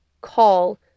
call